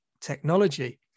technology